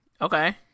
Okay